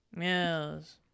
yes